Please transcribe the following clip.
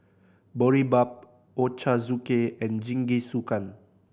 Boribap Ochazuke and Jingisukan